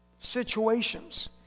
situations